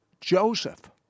Joseph